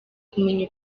kumenya